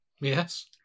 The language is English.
yes